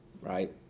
right